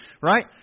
right